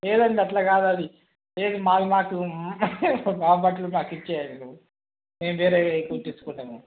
లేదండి అట్లా కాదు అది లేదు మాది మాకు మా బట్టలు మాకు ఇచ్చేయండి నువ్వు మేము వేరే కుట్టించుకుంటాము